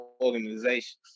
organizations